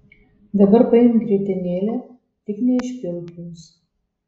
dabar paimk grietinėlę tik neišpilk jos